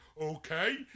Okay